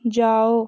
जाओ